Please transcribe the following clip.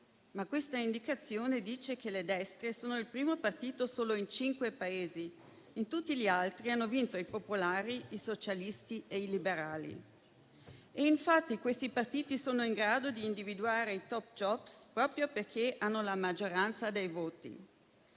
Questa indicazione, però, dice che le destre sono il primo partito solo in cinque Paesi. In tutti gli altri hanno vinto i popolari, i socialisti e i liberali. Infatti, questi partiti sono in grado di individuare i *top job* proprio perché hanno la maggioranza dei voti.